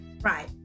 Right